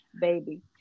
baby